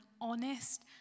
honest